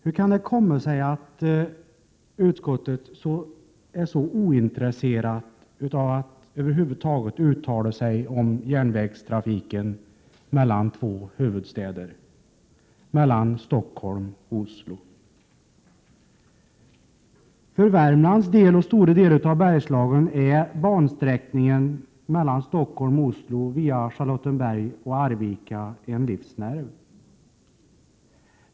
Hur kan det komma sig att utskottet är så ointresserat av att över huvud taget uttala sig om järnvägstrafiken mellan två huvudstäder, mellan Stockholm och Oslo? För Värmland och stora delar av Bergslagen är bansträckningen mellan Stockholm och Oslo via Charlottenberg och Arvika en livsnerv.